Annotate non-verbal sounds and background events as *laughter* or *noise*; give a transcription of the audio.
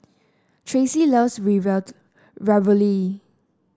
Tracee loves *unintelligible* Ravioli